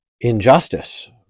injustice